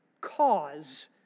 cause